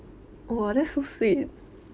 !wah! that's so sweet